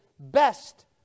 best